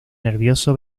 nervioso